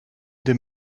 they